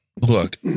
look